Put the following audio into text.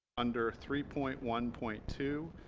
under three point one point two